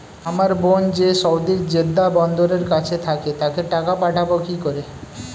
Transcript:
আমার বোন যে সৌদির জেড্ডা বন্দরের কাছে থাকে তাকে টাকা পাঠাবো কি করে?